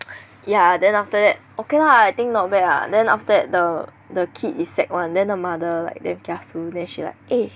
ya then after that okay lah I think not bad lah then after that the the kid is sec one then the mother like damn kiasu then she like eh